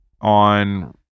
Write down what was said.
on